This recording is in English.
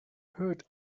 hurt